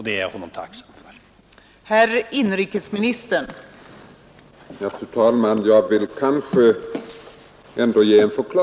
Det är jag honom tacksam för.